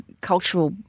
cultural